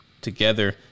together